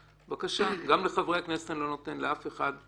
בבקשה, גם לחברי הכנסת אני לא נותן, לאף אחד.